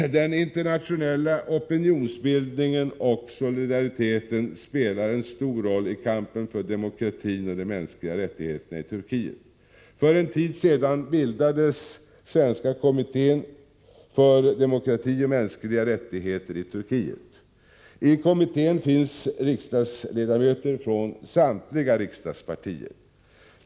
Den internationella opinionsbildningen och solidariteten spelar en stor roll i kampen för demokratin och de mänskliga rättigheterna i Turkiet. För en tid sedan bildades Svenska kommittén för demokrati och mänskliga rättigheter i Turkiet. I kommittén finns riksdagsledamöter från samtliga riksdagspartier.